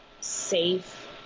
safe